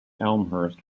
elmhurst